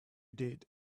did